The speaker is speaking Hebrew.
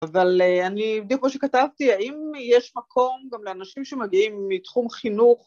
אבל אני בדיוק כמו שכתבתי האם יש מקום גם לאנשים שמגיעים מתחום חינוך